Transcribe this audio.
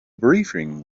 briefing